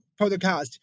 podcast